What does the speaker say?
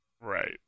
right